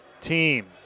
team